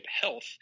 health